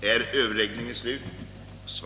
Herr talman!